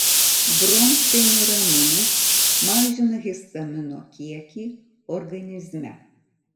bromfeniraminas mažina histamino kiekį organizme